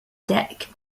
deck